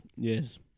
Yes